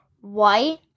white